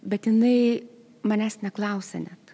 bet jinai manęs neklausia net